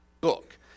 book